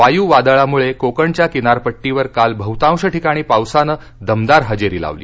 वायू वादळामुळे कोकणच्या किनारपट्टीवर काल बहुतांश ठिकाणी पावसानं दमदार हजेरी लावली